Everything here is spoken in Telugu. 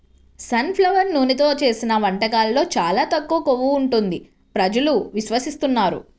సన్ ఫ్లవర్ నూనెతో చేసిన వంటకాల్లో చాలా తక్కువ కొవ్వు ఉంటుంది ప్రజలు విశ్వసిస్తున్నారు